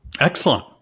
excellent